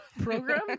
program